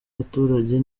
baturage